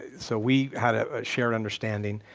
so we had a shared understanding.